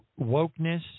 wokeness